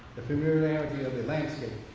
the familiarity of the landscape,